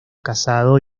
casado